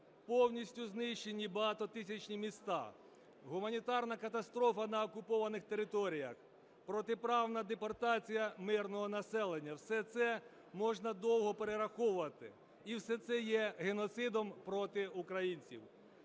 повністю знищені багатотисячні міста, гуманітарна катастрофа на окупованих територіях, протиправна депортація мирного населення – все це можна довго перераховувати і все це є геноцидом проти українців.